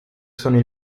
sono